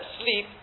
sleep